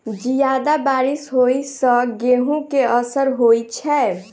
जियादा बारिश होइ सऽ गेंहूँ केँ असर होइ छै?